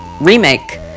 remake